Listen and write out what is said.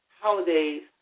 holidays